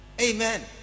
amen